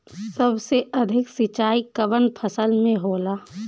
सबसे अधिक सिंचाई कवन फसल में होला?